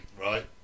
right